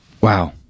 Wow